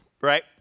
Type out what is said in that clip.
right